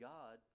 God